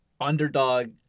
underdog